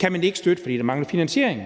kan man ikke støtte, fordi der mangler finansiering.